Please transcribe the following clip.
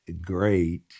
great